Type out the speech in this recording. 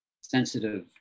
sensitive